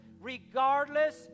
regardless